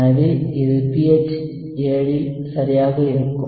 எனவே இது pH 7 இல் சரியாக இருக்கும்